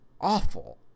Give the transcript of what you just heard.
awful